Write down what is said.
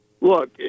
look